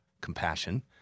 compassion